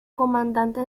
comandante